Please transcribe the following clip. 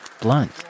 blunt